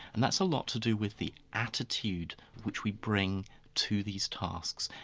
and that's a lot to do with the attitude which we bring to these tasks,